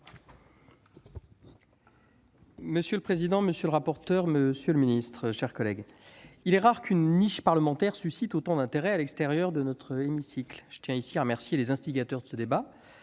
Monsieur le président, monsieur le secrétaire d'État, chers collègues, il est rare qu'une niche parlementaire suscite autant d'intérêt à l'extérieur de notre hémicycle ! Je tiens à remercier ici les instigateurs de ce débat